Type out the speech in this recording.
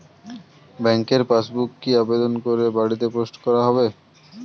ব্যাংকের পাসবুক কি আবেদন করে বাড়িতে পোস্ট করা হবে?